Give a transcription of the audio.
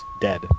dead